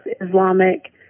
Islamic